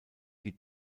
die